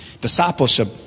Discipleship